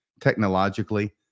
technologically